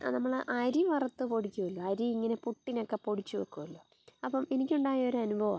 ആ നമ്മൾ അരി വറുത്ത് പൊടിക്കുമല്ലോ അരി ഇങ്ങനെ പുട്ടിനൊക്കെ പൊടിച്ച് വെക്കുമല്ലോ അപ്പം എനിക്കുണ്ടായൊരു അനുഭവമാ